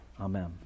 amen